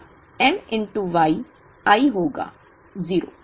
तब M Y i होगा 0